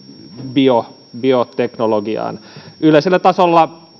bioteknologiaan yleisellä tasolla